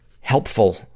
helpful